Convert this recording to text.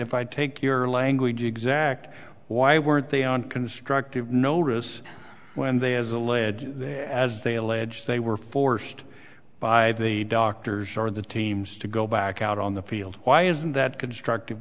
if i take your language exact why weren't they on constructive notice when they has alleged that as they allege they were forced by the doctors or the teams to go back out on the field why isn't that constructive